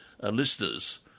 listeners